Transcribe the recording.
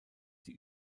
die